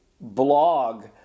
blog